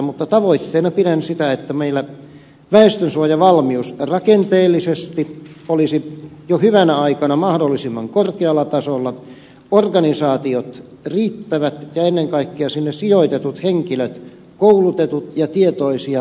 mutta tavoitteena pidän sitä että meillä väestönsuojavalmius rakenteellisesti olisi jo hyvänä aikana mahdollisimman korkealla tasolla organisaatiot riittävät ja ennen kaikkea sinne sijoitetut henkilöt koulutetut ja tietoisia tehtävistään